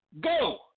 Go